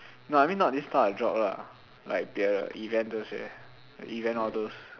no I mean not this type of job lah like 别的 event 这些 the event all those